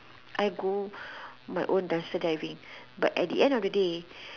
I go my own dumpster diving but at the end of the day